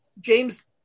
James